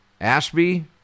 Ashby